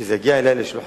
כשזה יגיע לשולחני,